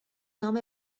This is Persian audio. نام